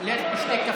אני שמח שלימדתי אותך.